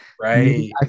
right